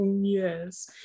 yes